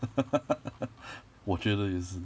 我觉得也是